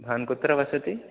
भवान् कुत्र वसति